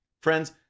Friends